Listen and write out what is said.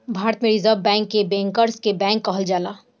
भारत में reserve bank के bankers के बैंक कहल जाला